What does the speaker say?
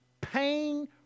pain